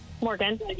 Morgan